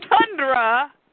tundra